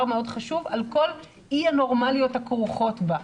מאוד חשוב על כל אי הנורמליות הכרוכות בה.